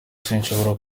sinshobora